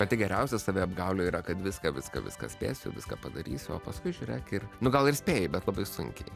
pati geriausia saviapgaulė yra kad viską viską viską spėsiu viską padarysiu o paskui žiūrėk ir nu gal ir spėjai bet labai sunkiai